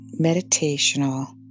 meditational